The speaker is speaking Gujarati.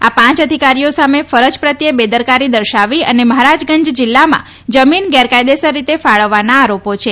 આ પાંચ અધિકારીઓ સામે ફરજ પ્રત્યે બેદરકારી દર્શાવવી અને મહારાજગંજ જિલ્લામાં જમીન ગેરકાયદેસર રીતે ફાળવવાના આરોપો છે